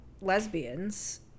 lesbians